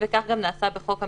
וכך גם נעשה בחוק המסגרת.